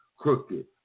Crooked